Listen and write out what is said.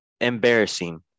Embarrassing